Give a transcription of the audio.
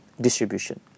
distribution